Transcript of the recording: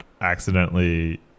accidentally